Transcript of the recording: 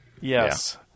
Yes